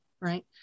right